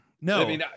no